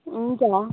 हुन्छ